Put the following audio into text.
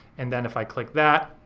and then if i click that,